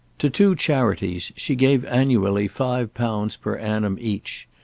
to two charities she gave annually five pounds per annum each.